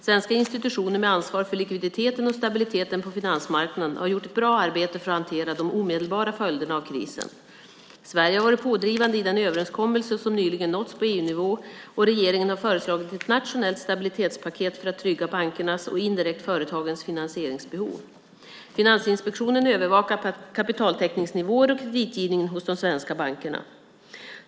Svenska institutioner med ansvar för likviditeten och stabiliteten på finansmarknaden har gjort ett bra arbete för att hantera de omedelbara följderna av krisen. Sverige har varit pådrivande i den överenskommelse som nyligen nåtts på EU-nivå, och regeringen har föreslagit ett nationellt stabilitetspaket för att trygga bankernas, och indirekt företagens, finansieringsbehov. Finansinspektionen övervakar kapitaltäckningsnivåer och kreditgivningen hos de svenska bankerna.